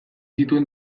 zituen